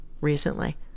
recently